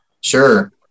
Sure